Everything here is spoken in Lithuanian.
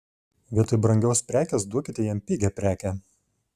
vietoj brangios prekės duokite jam pigią prekę